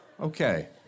Okay